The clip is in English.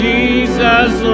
Jesus